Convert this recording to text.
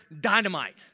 dynamite